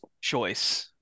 choice